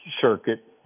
circuit